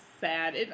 sad